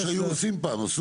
כמו שהיו עושים פעם.